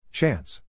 Chance